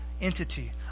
entity